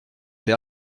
pas